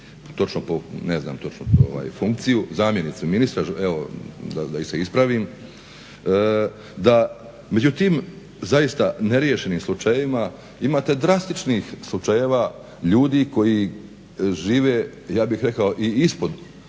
točno funkciju, zamjenicu ministra, evo da se ispravim, da među tim zaista neriješenim slučajevima imate drastičnim slučajeva ljudi koji žive ja bih rekao i ispod